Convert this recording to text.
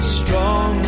strong